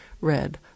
red